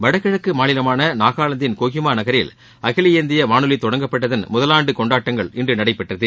வடகிழக்கு மாநிலமான நாகாவாந்தின் கோகிமா நகரில் அகில இந்திய வானொலி தொடங்கப்பட்டதன் முதலாம் ஆண்டு கொண்டாட்டங்கள் இன்று நடைபெற்றது